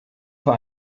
vor